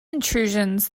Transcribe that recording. intrusions